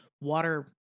water